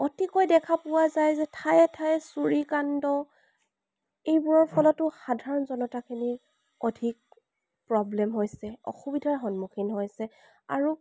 অতিকৈ দেখা পোৱা যায় যে ঠায়ে ঠায়ে চুৰীকাণ্ড এইবোৰৰ ফলতো সাধাৰণ জনতাখিনি অধিক প্ৰব্লেম হৈছে অসুবিধাৰ সন্মুখীন হৈছে আৰু